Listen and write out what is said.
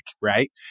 right